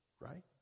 right